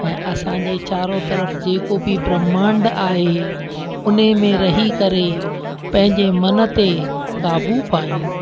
ऐं असांजे चारो तरफ़ जेको बि ब्रह्मांड आहे हुन में रही करे पंहिंजे मन ते काबू पायूं